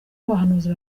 abahanuzi